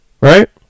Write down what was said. right